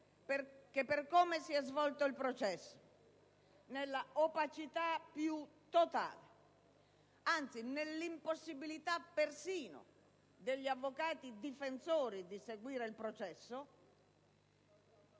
con cui si è svolto il processo, nella opacità più totale, anzi nell'impossibilità persino degli avvocati difensori di seguire il processo,